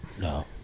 No